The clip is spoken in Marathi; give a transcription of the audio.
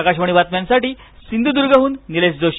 आकाशवाणी बातम्यांसाठी सिंधुद्गहून निलेश जोशी